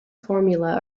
formula